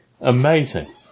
Amazing